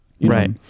right